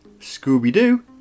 Scooby-Doo